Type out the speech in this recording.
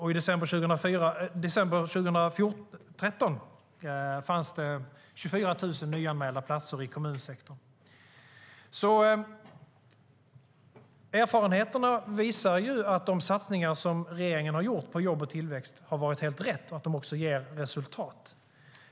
I december 2013 fanns det 24 000 nyanmälda platser i kommunsektorn. Erfarenheterna visar att de satsningar som regeringen gjort på jobb och tillväxt varit helt rätt och också ger resultat.